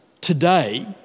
today